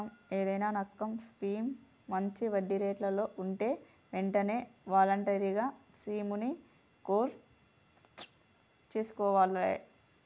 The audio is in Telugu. ఏదైనా ఇన్కం స్కీమ్ మంచి వడ్డీరేట్లలో వుంటే వెంటనే వాలంటరీగా స్కీముని క్లోజ్ చేసుకోవాలే